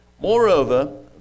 Moreover